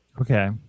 Okay